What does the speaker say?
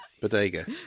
Bodega